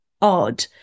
odd